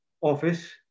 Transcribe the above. office